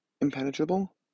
impenetrable